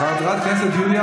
חברת הכנסת יוליה